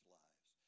lives